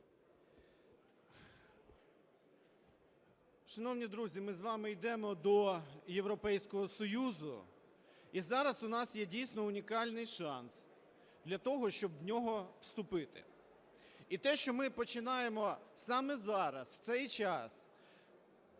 Шановні друзі, ми з вами йдемо до Європейського Союзу, і зараз у нас є дійсно унікальний шанс для того, щоб в нього вступити. І те, що ми починаємо саме зараз, в цей час,